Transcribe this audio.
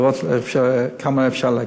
להקל כמה שאפשר.